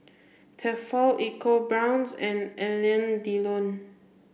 Tefal EcoBrown's and Alain Delon